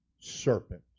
serpent